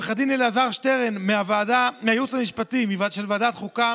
לעו"ד אלעזר שטרן מהייעוץ המשפטי של ועדת החוקה